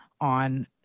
on